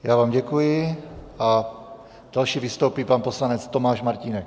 Já vám děkuji a další vystoupí pan poslanec Tomáš Martínek.